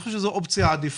אני חושב שזאת אופציה עדיפה